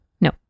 No